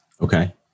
Okay